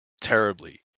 terribly